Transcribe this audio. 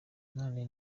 none